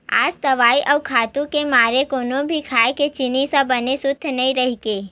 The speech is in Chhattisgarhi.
आज दवई अउ खातू के मारे कोनो भी खाए के जिनिस ह बने सुद्ध नइ रहि गे